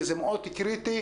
כי זה מאוד קריטי.